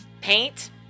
paint